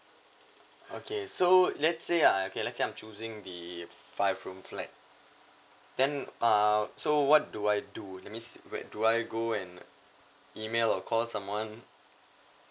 okay so let's say I okay let's say I'm choosing the five room flat then uh so what do I do let me see do I go and email or call someone